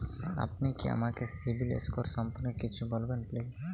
আপনি কি আমাকে সিবিল স্কোর সম্পর্কে কিছু বলবেন প্লিজ?